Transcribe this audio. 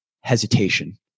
hesitation